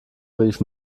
rief